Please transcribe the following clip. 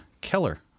Keller